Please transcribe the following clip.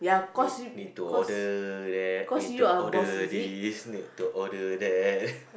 need need to order that need to order this need to order that